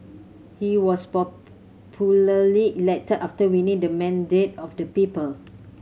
he was elected after winning the mandate of the people